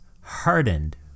hardened